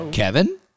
Kevin